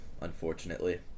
unfortunately